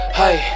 hey